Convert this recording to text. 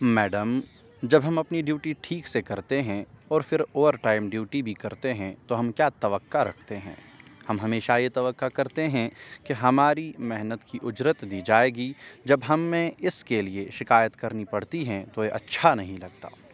madam جب ہم اپنی ڈیوٹی ٹھیک سے کرتے ہیں اور پھر اوور ٹائم ڈیوٹی بھی کرتے ہیں تو ہم کیا توقع رکھتے ہیں ہم ہمیشہ یہ توقع کرتے ہیں کہ ہماری محنت کی اجرت دی جائے گی جب ہمیں اس کے لیے شکایت کرنی پڑتی ہے تو یہ اچھا نہیں لگتا